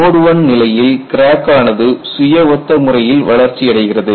mode I நிலையில் crack ஆனது சுய ஒத்த முறையில் வளர்ச்சியடைகிறது